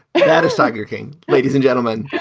that is tiger king. ladies and gentlemen,